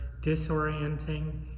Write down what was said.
disorienting